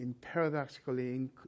paradoxically